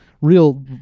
real